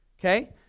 Okay